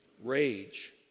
rage